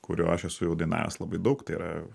kurio aš esu jau dainavęs labai daug tai yra